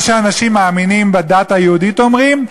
מה שאנשים מאמינים בדת היהודית אומרים,